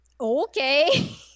okay